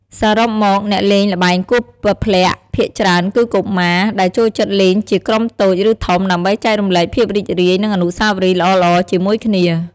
សរុបមក អ្នកលេងល្បែងគោះពព្លាក់ភាគច្រើនគឺកុមារ ដែលចូលចិត្តលេងជាក្រុមតូច ឬធំ ដើម្បីចែករំលែកភាពរីករាយ និងអនុស្សាវរីយ៍ល្អៗជាមួយគ្នា។